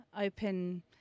open